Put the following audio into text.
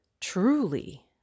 truly